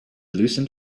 loosened